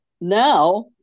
Now